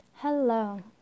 Hello